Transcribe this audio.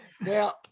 Now